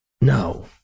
No